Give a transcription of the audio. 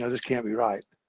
this can't be right